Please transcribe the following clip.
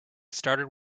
started